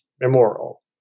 immoral